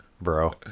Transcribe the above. bro